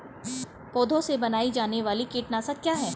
पौधों से बनाई जाने वाली कीटनाशक क्या है?